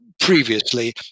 previously